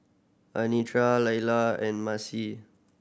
Anitra Laila and Maci